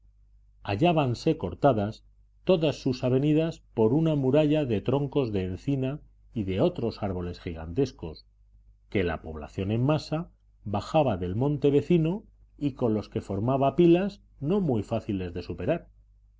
hallábanse cortadas todas sus avenidas por una muralla de troncos de encina y de otros árboles gigantescos que la población en masa bajaba del monte vecino y con los que formaba pilas no muy fáciles de superar